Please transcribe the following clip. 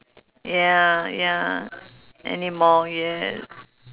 ya ya anymore yes